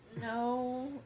No